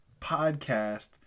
podcast